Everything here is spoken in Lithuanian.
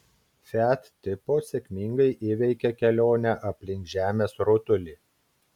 fiat tipo sėkmingai įveikė kelionę aplink žemės rutulį